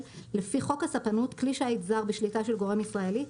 לפי חוק הספנות (כלי שיט זר בשליטה של גורם ישראלי),